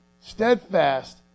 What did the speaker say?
steadfast